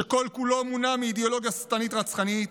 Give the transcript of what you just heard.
שכל-כולו מונע מאידיאולוגיה שטנית רצחנית,